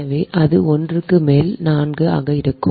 எனவே அது 1 க்கு மேல் 4 ஆக இருக்கும்